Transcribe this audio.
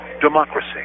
democracy